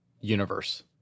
universe